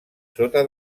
sota